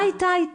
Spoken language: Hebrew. תודה, איתי.